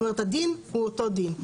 זאת אומרת, הדין הוא אותו דין.